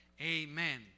Amen